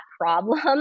problem